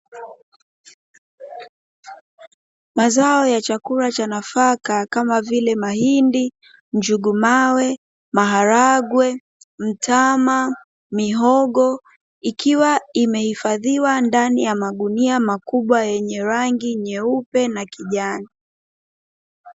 Mazao ya chakula cha nafaka kama vile; mahindi, njungu mawe, maharage, mtama, mihongo ikiwa imehifadhiwa ndani ya magunia makubwa yenye rangi nyeupe na kijani.